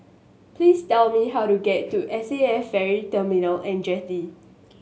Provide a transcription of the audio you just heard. please tell me how to get to S A F Ferry Terminal And Jetty